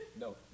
No